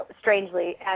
strangely